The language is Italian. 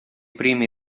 primi